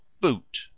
boot